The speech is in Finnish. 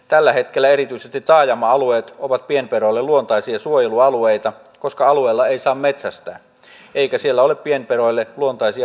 tällä hetkellä erityisesti taajama alueet ovat pienpedoille luontaisia suojelualueita koska alueilla ei saa metsästää eikä siellä ole pienpedoille luontaisia vihollisia